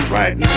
right